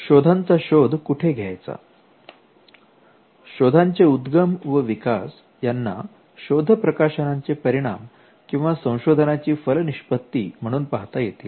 शोधांचे उद्गम व विकास यांना शोध प्रकाशनांचे परिणाम किंवा संशोधनाची फलनिष्पत्ती म्हणून पाहता येतील